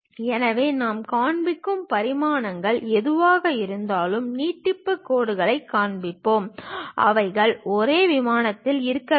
எனவே நாம் காண்பிக்கும் பரிமாணங்கள் எதுவாக இருந்தாலும் நீட்டிப்பு கோடுகள் காண்பிப்போம் அவர்கள் ஒரே விமானத்தில் இருக்க வேண்டும்